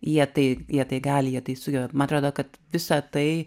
jie tai jie tai gali ją tai sugeba mat rodo kad visa tai